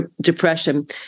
Depression